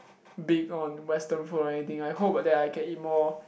being on western food or anything I hope that I can eat more